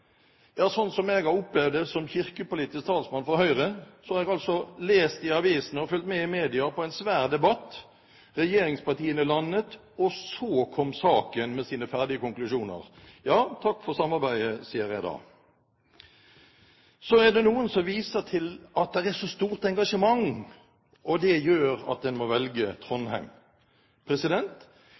Ja, slik jeg har opplevd det som kirkepolitisk talsmann for Høyre, så har jeg lest i avisene og fulgt med i media på en svær debatt, regjeringspartiene landet, og så kom saken med sine ferdige konklusjoner. Ja, takk for samarbeidet, sier jeg da. Så er det noen som viser til at det er så stort engasjement, og det gjør at en må velge Trondheim.